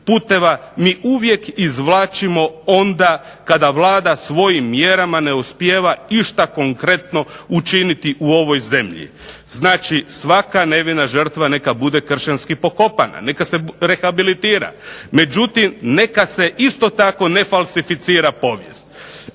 mi uvijek izvlačimo onda kada Vlada svojim mjerama ne uspijeva išta konkretno učiniti u ovoj zemlji. Znači, svaka nevina žrtva neka bude kršćanski pokopana, neka se rehabilitira, međutim neka se isto tako ne falsificira povijest.